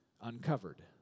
uncovered